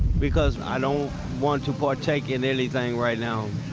because i don't want to partake in anything right now,